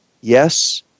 Yes